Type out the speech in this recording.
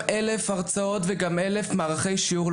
אני חושב שגם אלף הרצאות או מערכי שיעור,